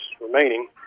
remaining